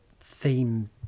theme